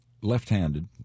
left-handed